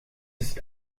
ist